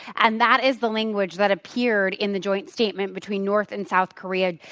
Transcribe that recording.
and that is the language that appeared in the joint statement between north and south korea